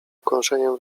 ukąszeniem